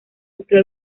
sufrió